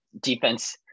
Defense –